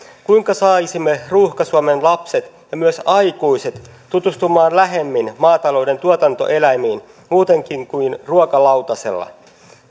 kuinka saisimme ruuhka suomen lapset ja myös aikuiset tutustumaan lähemmin maatalouden tuotantoeläimiin muutenkin kuin ruokalautasella